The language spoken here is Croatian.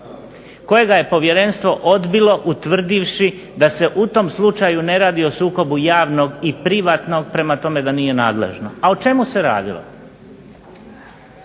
kojega je povjerenstvo odbilo utvrdivši da se u tom slučaju ne radi o sukobu javnog i privatnog prema tome da nije nadležno. A o čemu se radilo?